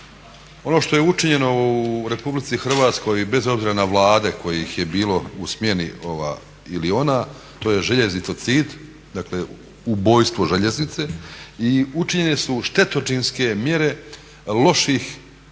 Ono što je učinjeno u Republici Hrvatskoj bez obzira na Vlade kojih je bilo u smjeni ova ili ona to je željeznicocid, dakle ubojstvo željeznice i učinjene su štetočinske mjere loših